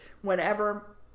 whenever